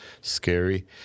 scary